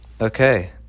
Okay